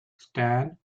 stand